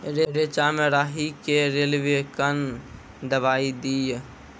रेचा मे राही के रेलवे कन दवाई दीय?